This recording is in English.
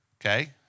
Okay